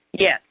Yes